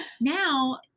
now